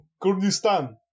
Kurdistan